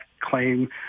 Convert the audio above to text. claim